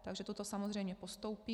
Takže toto samozřejmě postoupím.